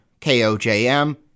KOJM